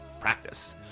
practice